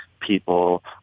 people